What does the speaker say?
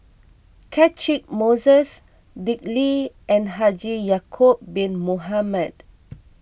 Catchick Moses Dick Lee and Haji Ya'Acob Bin Mohamed